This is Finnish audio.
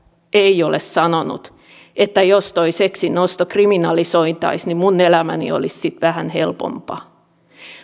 ei ole sanonut että jos tuo seksin osto kriminalisoitaisiin niin minun elämäni olisi sitten vähän helpompaa